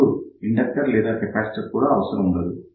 అప్పుడు ఇండక్టర్ లేదా కెపాసిటర్ కూడా అవసరం ఉండదు